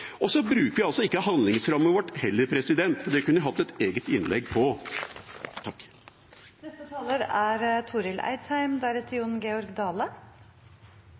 Og så bruker vi ikke handlingsrommet vårt heller. Det kunne jeg hatt et eget innlegg